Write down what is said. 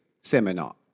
seminar